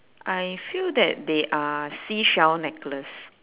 I feel that they are seashell necklace